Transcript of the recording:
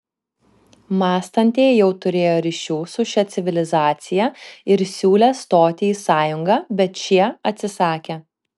mąstantieji jau turėjo ryšių su šia civilizacija ir siūlė stoti į sąjungą bet šie atsisakė